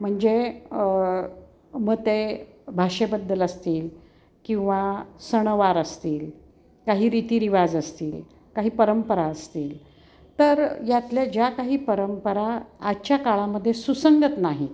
म्हणजे मग ते भाषेबद्दल असतील किंवा सणवार असतील काही रीतीरिवाज असतील काही परंपरा असतील तर यातल्या ज्या काही परंपरा आजच्या काळामध्ये सुसंगत नाहीत